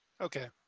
Okay